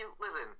listen